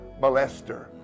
molester